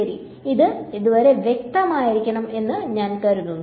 ശരി ഇത് ഇതുവരെ വ്യക്തമായിരിക്കണം എന്ന് കരുതുന്നു